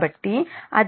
కాబట్టి అది 1974